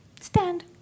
Stand